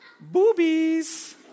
boobies